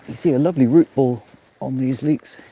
see a lovely root ball on these leeks